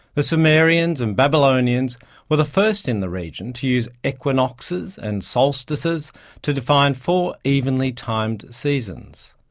the sumerians and babylonians were the first in the region to use equinoxes and solstices to define four evenly timed seasons.